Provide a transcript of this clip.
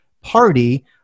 party